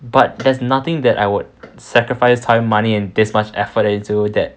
but there's nothing that I would sacrifice time money and this much effort into that